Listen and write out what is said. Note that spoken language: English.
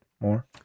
more